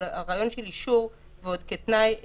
אבל, הרעיון של אישור ועוד כתנאי לשימוש,